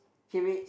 cabbage